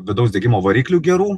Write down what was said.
vidaus degimo variklių gerų